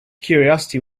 curiosity